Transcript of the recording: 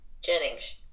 Jennings